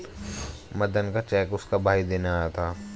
मदन का चेक उसका भाई देने आया था